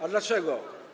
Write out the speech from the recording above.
A dlaczego?